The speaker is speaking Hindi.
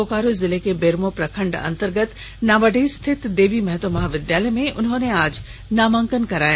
बोकारो जिले के बेरमो प्रखंड अंतर्गत नावाडीह स्थित अपने ही देवी महतो महाविद्यालय में उन्होंने आज नामांकन कराया